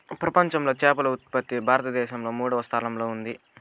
ప్రపంచంలో చేపల ఉత్పత్తిలో భారతదేశం మూడవ స్థానంలో ఉంది